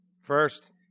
First